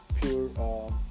pure